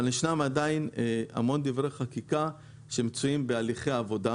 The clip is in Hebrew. עדיין יש הרבה דברי חקיקה שמצויים בהליכי עבודה.